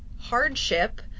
hardship